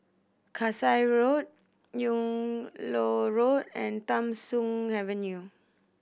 Kasai Road Yung Loh Road and Tham Soong Avenue